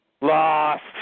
Lost